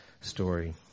story